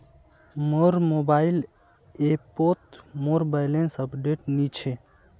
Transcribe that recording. मोर मोबाइल ऐपोत मोर बैलेंस अपडेट नि छे